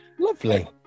Lovely